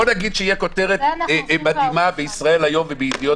בואי נגיד שתהיה כותרת מדהימה ב"ישראל היום" ובעוד יומיים ב"ידיעות